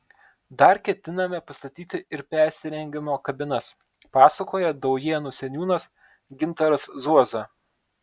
dar ketiname pastatyti ir persirengimo kabinas pasakoja daujėnų seniūnas gintaras zuoza